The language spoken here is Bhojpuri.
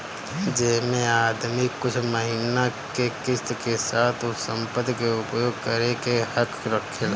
जेमे आदमी कुछ महिना के किस्त के साथ उ संपत्ति के उपयोग करे के हक रखेला